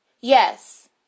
Yes